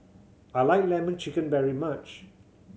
I like Lemon Chicken very much